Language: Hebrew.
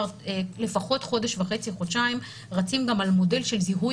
לפחות חודש וחצי-חודשיים אנחנו רצים על מודל של זיהוי